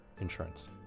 insurance